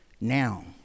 Now